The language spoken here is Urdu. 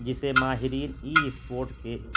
جسے ماہرین ای سپورٹ کے